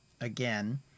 again